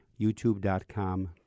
Youtube.com